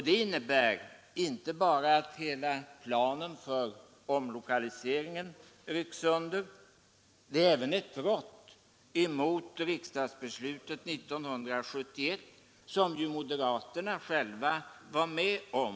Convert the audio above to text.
Det innebär inte bara att hela planen för omlokaliseringen rycks sönder, utan det är även ett brott mot riksdagsbeslutet 1971 som ju moderaterna själva var med om.